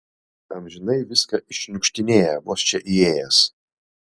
amžinai viską iššniukštinėja vos čia įėjęs